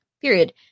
Period